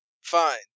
Fine